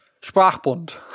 Sprachbund